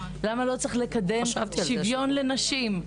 למה לא צריך לקדם שוויון לנשים?